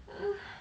a'ah